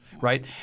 right